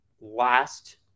last